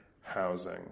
housing